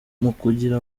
kugura